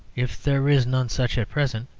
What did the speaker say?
if there is none such at present,